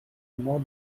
more